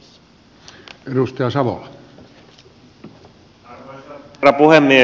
arvoisa herra puhemies